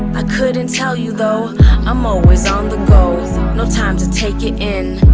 ah couldn't tell you though i'm always on the go. no time to take it in.